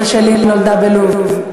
אימא שלי נולדה בלוב.